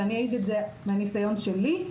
אני מעידה על זה מהניסיון שלי.